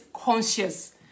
conscious